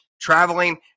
traveling